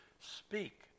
speak